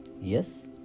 yes